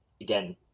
again